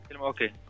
Okay